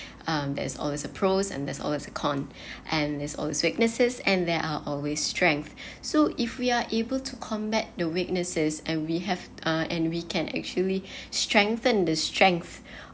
um there's always a pros and there's always a con and it's all its weaknesses and there are always strength so if we are able to combat the weaknesses and we have uh and we can actually strengthen the strength